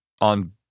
on